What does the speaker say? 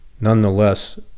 Nonetheless